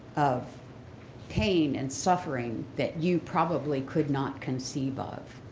of pain and suffering that you probably could not conceive of